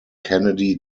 kennedy